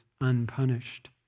unpunished